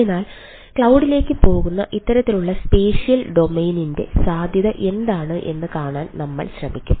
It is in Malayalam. അതിനാൽ ക്ലൌഡിലേക്ക് സാധ്യത എന്താണ് എന്ന് കാണാൻ നമ്മൾ ശ്രമിക്കും